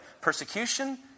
Persecution